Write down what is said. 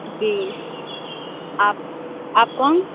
جی آپ آپ کون